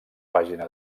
pàgina